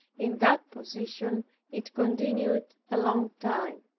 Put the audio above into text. in that position it continued a long time.